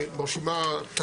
מרשימה.